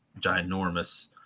ginormous